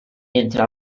entre